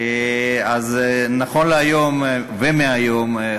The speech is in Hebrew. נכון להיום ומהיום,